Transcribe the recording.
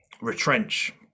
retrench